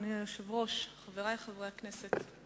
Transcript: אדוני היושב-ראש, חברי חברי הכנסת,